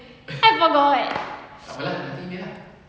then I forgot shit